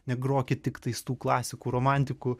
negrokit tiktais tų klasikų romantikų